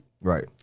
Right